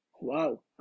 Wow